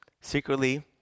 Secretly